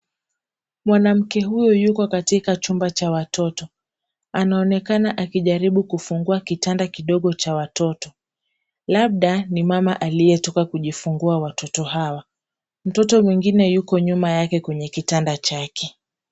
Mwanamke huyu yuko katika chumba cha watoto, anaonekana akijaribu kufungua kitanda kidogo cha watoto, labda ni mama aliyetoka kujifungua watoto hawa. Mtoto mwingine yuko nyuma yake kwenye kitanda chake.